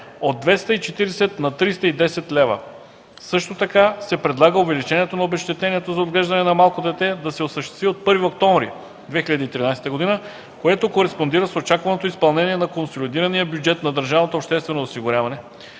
от 240 лв. на 310 лв. Също така се предлага увеличението на обезщетението за отглеждане на малко дете да се осъществи от 1 октомври 2013 г., което кореспондира с очакваното изпълнение на консолидирания бюджет на държавното обществено осигуряване,